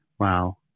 Wow